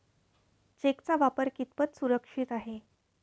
चेकचा वापर कितपत सुरक्षित आहे?